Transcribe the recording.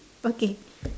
okay